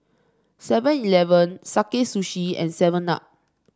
Seven Eleven Sakae Sushi and Seven Up